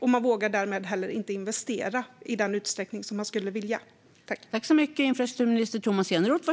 Därmed vågar de inte heller investera i den utsträckning som de skulle vilja.